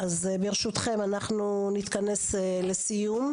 ברשותכם אנחנו נתכנס לסיום.